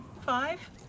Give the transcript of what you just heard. five